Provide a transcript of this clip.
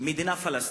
"מדינה פלסטינית",